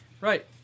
Right